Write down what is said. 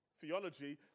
Theology